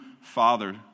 father